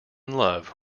love